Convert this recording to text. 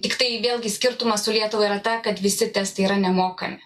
tiktai vėlgi skirtumas su lietuva yra ta kad visi testai yra nemokami